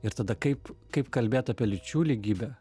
ir tada kaip kaip kalbėt apie lyčių lygybę